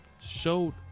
showed